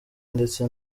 ndetse